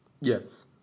Yes